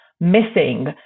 missing